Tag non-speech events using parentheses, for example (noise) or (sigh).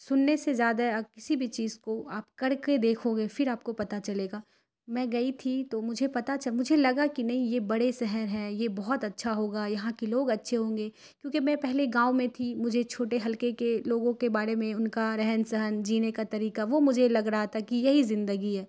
سننے سے زیادہ (unintelligible) کسی بھی چیز کو آپ کر کے دیکھوگے پھر آپ کو پتہ چلے گا میں گئی تھی تو مجھے پتہ مجھے لگا کہ نئی یہ بڑے شہر ہیں یہ بہت اچھا ہوگا یہاں کے لوگ اچھے ہوں گے کیونکہ میں پہلے گاؤں میں تھی مجھے چھوٹے ہلکے کے لوگوں کے بارے میں ان کا رہن سہن جینے کا طریقہ وہ مجھے لگ رہا تھا کہ یہی زندگی ہے